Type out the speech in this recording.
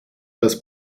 das